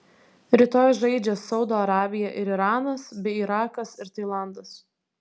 rytoj žaidžia saudo arabija ir iranas bei irakas ir tailandas